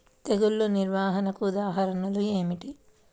తెగులు నిర్వహణకు ఉదాహరణలు ఏమిటి?